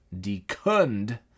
decund